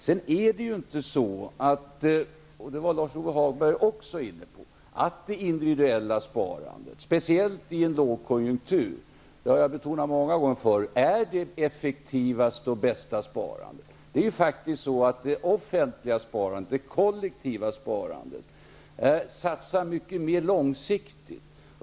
Det är inte så att det individuella sparandet, speciellt i en lågkonjunktur, är det effektivaste och bästa sparandet -- det var också Lars-Ove Hagberg inne på, och det har jag betonat många gånger förr. Det offentliga sparandet, det kollektiva sparandet, satsar mer långsiktigt.